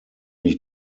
ich